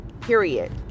Period